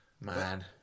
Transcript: Man